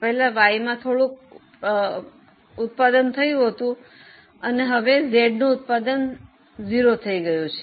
પહેલા Y માં થોડું ઉત્પાદન થયું હતું હવે Z નું ઉત્પાદન 0 થઈ ગયું છે